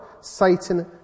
Satan